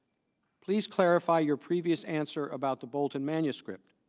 please clarify your previous answer about the bull to and manuscript.